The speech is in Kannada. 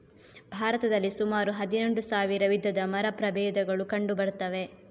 ಭಾರತದಲ್ಲಿ ಸುಮಾರು ಹದಿನೆಂಟು ಸಾವಿರ ವಿಧದ ಮರ ಪ್ರಭೇದಗಳು ಕಂಡು ಬರ್ತವೆ